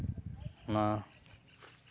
ᱚᱱᱟ